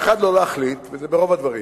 האחד, לא להחליט, וזה ברוב הדברים,